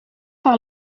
par